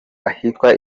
ahitwa